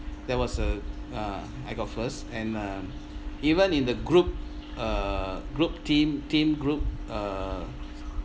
there was a ah I got first and um even in the group uh group team team group uh